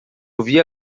ouvi